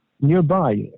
nearby